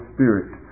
Spirit